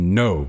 no